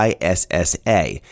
ISSA